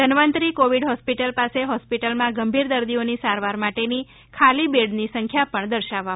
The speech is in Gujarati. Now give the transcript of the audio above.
ધન્વતરી કોવીડ હોસ્પિટલ પાસે હોસ્પિટલમાં ગંભીર દર્દીઓની સારવાર માટેની ખાલી બેડની સંખ્યા પણ દર્શાવવામાં આવશે